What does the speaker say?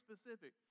specific